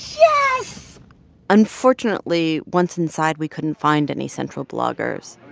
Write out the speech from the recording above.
yes unfortunately, once inside, we couldn't find any central bloggers.